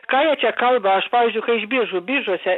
ką jie čia kalba aš pavyzdžiui kai iš biržų biržuose